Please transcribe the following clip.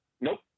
Nope